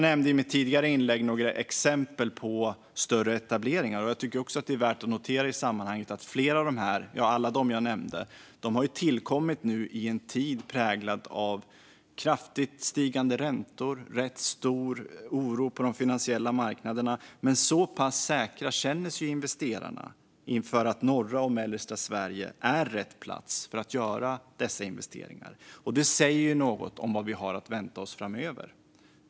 I mitt tidigare inlägg nämnde jag några exempel på större etableringar, och i sammanhanget är det värt att notera att alla de jag nämnde har tillkommit i en tid präglad av kraftigt stigande räntor och rätt stor oro på de finansiella marknaderna. Men att investerarna känner sig säkra på att norra och mellersta Sverige är rätt plats säger något om vad vi har att vänta oss framöver.